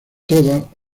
todo